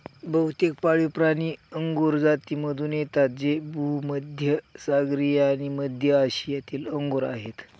बहुतेक पाळीवप्राणी अंगुर जातीमधून येतात जे भूमध्य सागरीय आणि मध्य आशियातील अंगूर आहेत